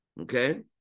okay